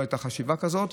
לא הייתה חשיבה כזאת,